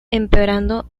empeorando